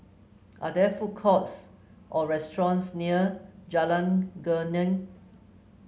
are there food courts or restaurants near Jalan Geneng